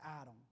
Adam